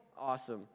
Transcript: awesome